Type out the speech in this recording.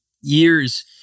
years